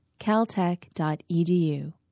caltech.edu